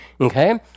Okay